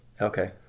Okay